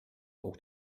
auch